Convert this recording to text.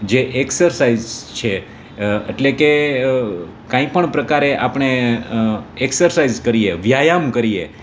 જે એક્સરસાઈઝ છે એટલે કે કંઈપણ પ્રકારે આપણે એક્સરસાઈઝ કરીએ વ્યાયામ કરીએ